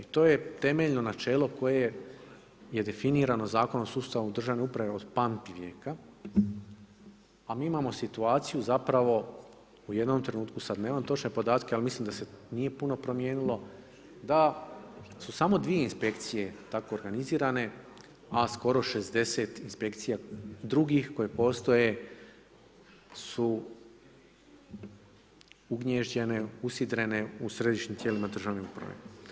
To je temeljno načelo koje je definirano Zakonom o sustavu državne uprave od pamtivijeka, a mi imamo situaciju zapravo u jednom trenutku, sad nemam točne podatke, ali mislim da se nije puno promijenilo, da su samo dvije inspekcije tako organizirane a skoro 60 inspekcija drugih koje postoje su ugniježđene, usidrene u središnjim tijelima državne uprave.